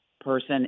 person